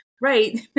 Right